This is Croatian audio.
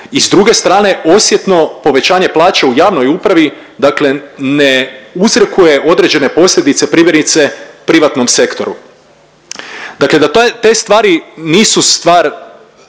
i s druge strane osjetno povećanje plaća u javnoj upravi dakle ne uzrokuje određene posljedice primjerice privatnom sektoru. Dakle da te stvari nisu stvar